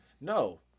No